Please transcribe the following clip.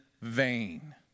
vain